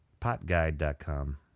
potguide.com